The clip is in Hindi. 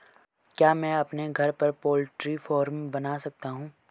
क्या मैं अपने घर पर पोल्ट्री फार्म बना सकता हूँ?